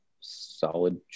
solid